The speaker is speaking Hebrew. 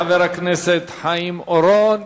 תודה לחבר הכנסת חיים אורון.